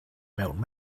mewn